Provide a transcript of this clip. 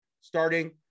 starting